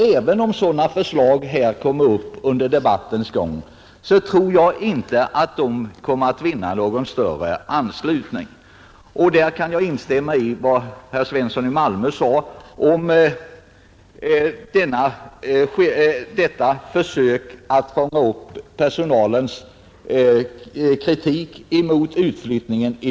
Även om sådana förslag kommer upp under debattens gång tror jag inte att de kommer att vinna någon större anslutning. Här kan jag instämma i vad herr Svensson i Malmö sade om de borgerliga partiernas försök att fånga upp personalens kritik mot utflyttningen.